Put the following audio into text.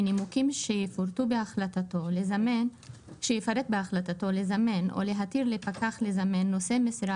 מנימוקים שיפרט בהחלטתו לזמן או להתיר לפקח לזמן נושא משרה